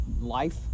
life